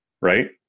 right